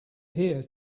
here